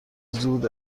زود